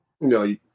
No